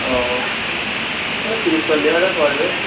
ও ও তিরিশ চল্লিশ হাজার পড়বে